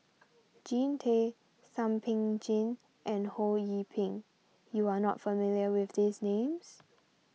Jean Tay Thum Ping Tjin and Ho Yee Ping you are not familiar with these names